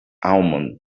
almond